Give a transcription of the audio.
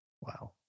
Wow